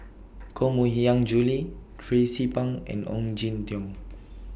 Koh Mui Hiang Julie Tracie Pang and Ong Jin Teong